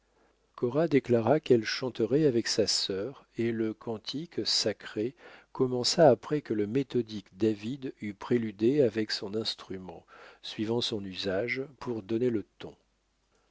cora déclara qu'elle chanterait avec sa sœur et le cantique sacré commença après que le méthodique david eut préludé avec son instrument suivant son usage pour donner le ton